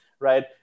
right